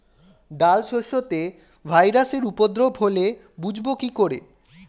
ডাল শস্যতে ভাইরাসের উপদ্রব হলে বুঝবো কি করে?